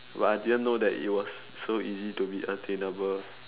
but I didn't know that it was so easy to be attainable